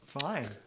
Fine